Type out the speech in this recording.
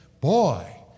boy